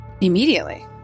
immediately